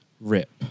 rip